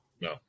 no